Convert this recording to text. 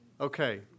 Okay